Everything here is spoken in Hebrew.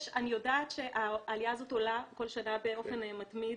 אני יודעת שהעלייה הזאת עולה כל שנה באופן מתמיד,